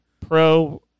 pro